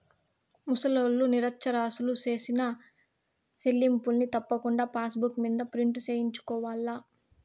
ముసలోల్లు, నిరచ్చరాసులు సేసిన సెల్లింపుల్ని తప్పకుండా పాసుబుక్ మింద ప్రింటు సేయించుకోవాల్ల